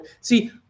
See